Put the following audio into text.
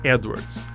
Edwards